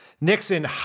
Nixon